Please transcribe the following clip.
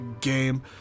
game